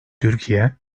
türkiye